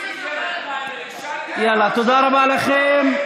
יאללה, תודה רבה לכם.